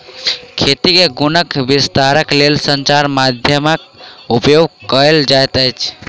खेती के गुणक विस्तारक लेल संचार माध्यमक उपयोग कयल जाइत अछि